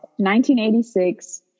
1986